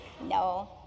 no